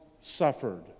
suffered